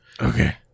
Okay